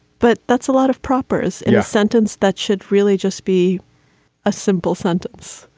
but that's a lot of propers in a sentence that should really just be a simple sentence.